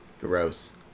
Gross